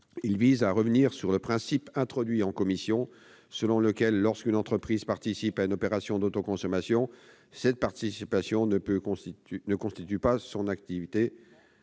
409 visent à revenir sur le principe introduit en commission selon lequel, lorsqu'une entreprise participe à une opération d'autoconsommation, cette participation ne peut constituer son activité